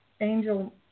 angel